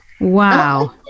Wow